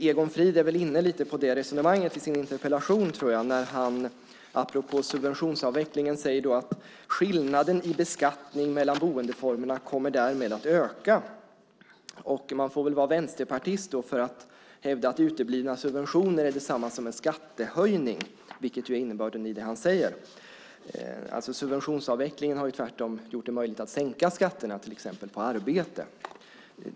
Egon Frid är lite grann inne på det resonemanget i sin interpellation när han apropå subventionsavvecklingen säger att skillnaden i beskattning mellan boendeformerna därmed kommer att öka. Man får nog vara vänsterpartist för att hävda att uteblivna subventioner är detsamma som en skattehöjning, vilket ju är innebörden i det han säger. Subventionsavvecklingen har tvärtom gjort det möjligt att sänka skatterna bland annat på arbete.